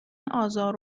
آزار